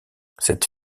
cette